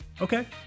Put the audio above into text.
okay